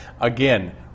again